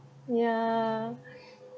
ya